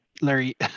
Larry